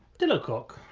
dillo caulk.